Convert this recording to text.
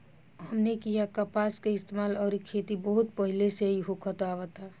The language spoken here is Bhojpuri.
हमनी किहा कपास के इस्तेमाल अउरी खेती बहुत पहिले से ही होखत आवता